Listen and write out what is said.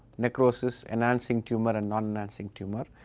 necrosis, enhancing tumour and non-enhancing tumour.